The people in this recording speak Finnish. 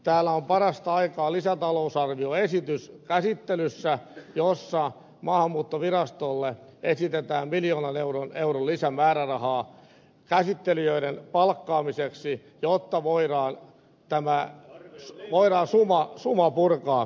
täällä on parasta aikaa lisätalousarvioesitys käsittelyssä jossa maahanmuuttovirastolle esitetään miljoonan euron lisämäärärahaa käsittelijöiden palkkaamiseksi jotta voidaan suma purkaa